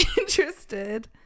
interested